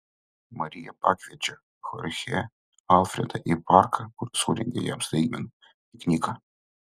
marija pakviečia chorchę alfredą į parką kur surengia jam staigmeną pikniką